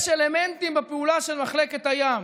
יש אלמנטים בפעולה של מחלקת הים,